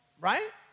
right